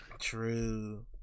True